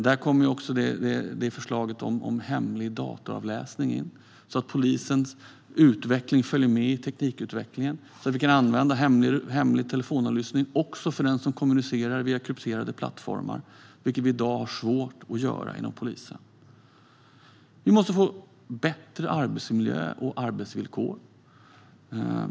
Där kommer också förslaget om hemlig dataavläsning in så att polisen följer med i teknikutvecklingen och vi kan använda hemlig telefonavlyssning också för den som kommunicerar via krypterade plattformar. Det har vi i dag svårt att göra inom polisen. Vi måste få bättre arbetsmiljö och arbetsvillkor.